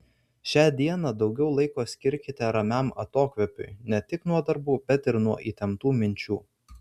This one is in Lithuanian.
šią dieną daugiau laiko skirkite ramiam atokvėpiui ne tik nuo darbų bet ir nuo įtemptų minčių